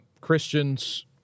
Christians